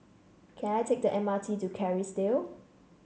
can I take the M R T to Kerrisdale